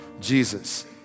Jesus